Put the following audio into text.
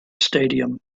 stadium